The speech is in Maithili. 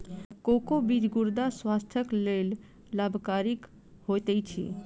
कोको बीज गुर्दा स्वास्थ्यक लेल लाभकरक होइत अछि